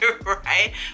right